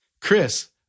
Chris